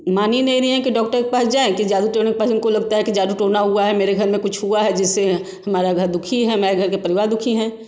मान ही नहीं रही हैं कि डॉक्टर पास जाएं कि जादू टोना के पास उनको लगता है कि जादू टोना हुआ है मेरे घर में कुछ हुआ है जिससे हमारा घर दुखी है हमारे घर का परिवार दुखी है